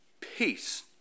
peace